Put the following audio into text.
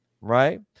right